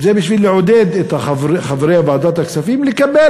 זה בשביל לעודד את חברי ועדת הכספים לקבל